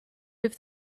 have